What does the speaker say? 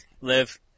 Live